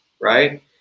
right